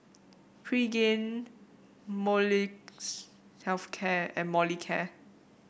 Pregain Molnylcke Health Care and Molicare